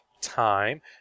time